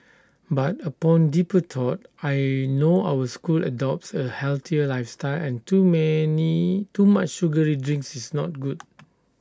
but upon deeper thought I know our school adopts A healthier lifestyle and too many too much sugary drinks is not good